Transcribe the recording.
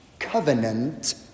covenant